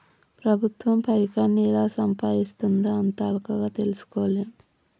ప్రభుత్వం పైకాన్ని ఎలా సంపాయిస్తుందో అంత అల్కగ తెల్సుకోలేం